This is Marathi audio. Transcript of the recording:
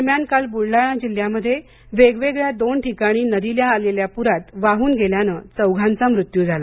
दरम्यान काल बुलडाणा जिल्ह्यामध्ये वेगवेगळ्या दोन ठिकाणी नदीला आलेल्या पुरात वाहून गेल्याने चौघांचा मृत्यू झाला